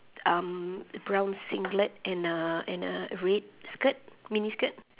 um brown singlet and a and a red skirt mini skirt